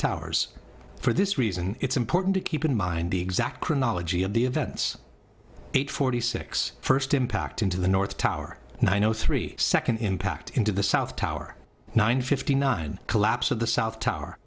towers for this reason it's important to keep in mind the exact chronology of the events eight forty six first impact into the north tower nine o three second impact into the south tower nine fifty nine collapse of the south tower